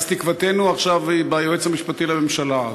אז תקוותנו עכשיו היא ביועץ המשפטי לממשלה,